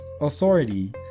authority